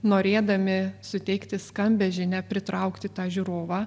norėdami suteikti skambią žinią pritraukti tą žiūrovą